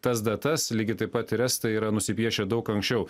tas datas lygiai taip pat ir estai yra nusipiešę daug anksčiau